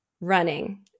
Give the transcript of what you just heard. running